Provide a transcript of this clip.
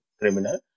criminal